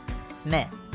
Smith